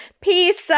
peace